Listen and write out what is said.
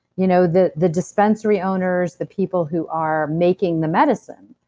you know the the dispensary owners, the people who are making the medicine.